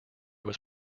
was